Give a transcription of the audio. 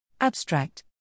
Abstract